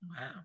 Wow